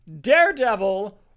daredevil